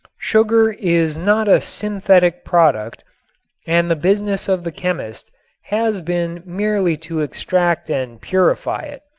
sugar is not a synthetic product and the business of the chemist has been merely to extract and purify it.